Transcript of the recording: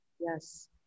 Yes